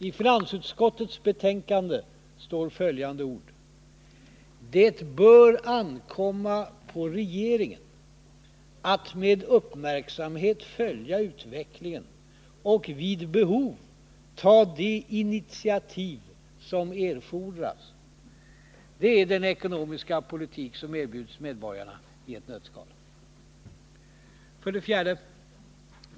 I finansutskottets betänkande står följande: ”Det bör ankomma på regeringen att med uppmärksamhet följa utvecklingen och vid behov ta de initiativ som erfordras.” Det är i ett nötskal den ekonomiska politik som erbjuds medborgarna. 4.